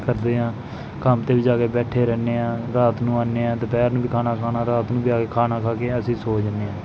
ਕਰਦੇ ਹਾਂ ਕੰਮ 'ਤੇ ਵੀ ਜਾ ਕੇ ਬੈਠੇ ਰਹਿੰਦੇ ਹਾਂ ਰਾਤ ਨੂੰ ਆਉਂਦੇ ਹਾਂ ਦੁਪਹਿਰ ਨੂੰ ਵੀ ਖਾਣਾ ਖਾਣਾ ਰਾਤ ਵੀ ਆ ਕੇ ਖਾਣਾ ਖਾ ਕੇ ਅਸੀਂ ਸੋ ਜਾਂਦੇ ਹਾਂ